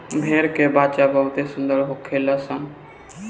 भेड़ के बच्चा बहुते सुंदर होखेल सन